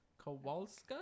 Kowalska